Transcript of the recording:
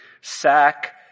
sack